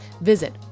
Visit